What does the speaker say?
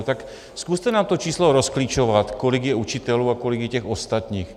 Tak zkuste nám to číslo rozklíčovat, kolik je učitelů a kolik je těch ostatních.